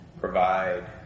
provide